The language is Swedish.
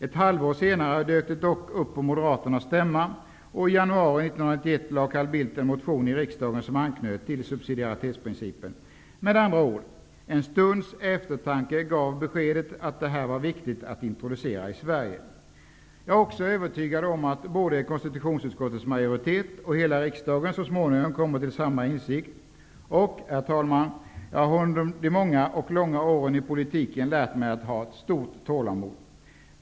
Ett halvår senare dök det dock upp på Carl Bildt en motion i riksdagen som anknöt till subsidiaritetsprincipen. Med andra ord: En stunds eftertanke gav beskedet att det här var viktigt att introducera i Sverige. Jag är också övertygad om att både konstitutionsutskottets majoritet och hela riksdagen så småningom kommer till samma insikt. Jag har dessutom, herr talman, under de många och långa åren i politiken lärt mig att ha stort tålamod.